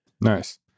Nice